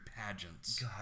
pageants